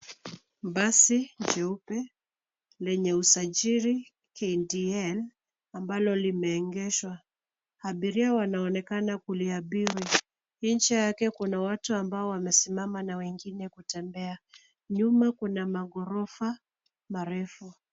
Basi jeupe lenye usajili KDN ambalo limeegeshwa. Abiria wanaonekana kuliabiri. Nje yake kuna watu ambao wamesimama na wengine kutembea. Nyuma kuna magorofa marefu.